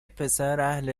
پسراهل